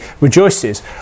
rejoices